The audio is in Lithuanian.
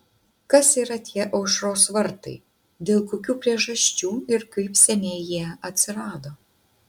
kas yra tie aušros vartai dėl kokių priežasčių ir kaip seniai jie atsirado